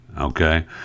Okay